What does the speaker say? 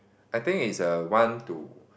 I think it's a one to